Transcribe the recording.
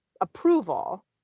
approval